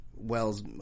Wells